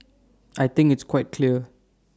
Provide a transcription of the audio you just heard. I think it's quite clear